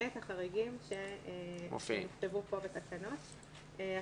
רק אגיד מה, בגדול, התקנות אומרות.